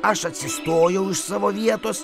aš atsistojau iš savo vietos